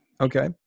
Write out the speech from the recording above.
Okay